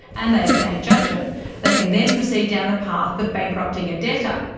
and they obtain judgment, they can then proceed down the path of bankrupting a debtor.